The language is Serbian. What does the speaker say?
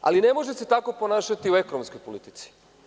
Ali, ne može se tako ponašati u ekonomskoj politici.